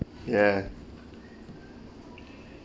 ya